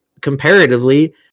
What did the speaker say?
comparatively